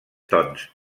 tons